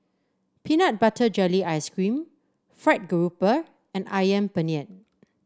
Peanut Butter Jelly Ice cream fried grouper and ayam Penyet